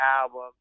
album